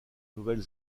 nouvelle